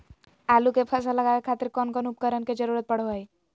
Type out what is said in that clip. आलू के फसल लगावे खातिर कौन कौन उपकरण के जरूरत पढ़ो हाय?